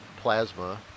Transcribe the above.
plasma